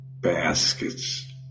baskets